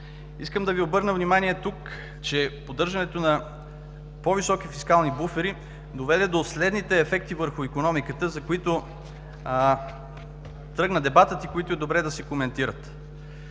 Искам да Ви обърна внимание тук, че поддържането на по-високи фискални буфери доведе до следните ефекти върху икономиката, за които тръгна дебатът, и е добре да се коментират.